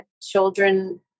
children